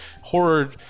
Horror